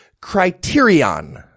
criterion